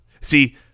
See